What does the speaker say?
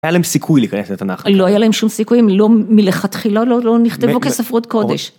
היה להם סיכוי להיכנס לתנך. לא היה להם שום סיכוי אם לא מלכתחילה לא נכתבו כספרות קודש.